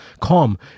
Calm